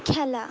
খেলা